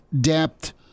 depth